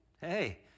hey